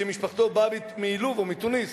שמשפחתו באה מתוניס,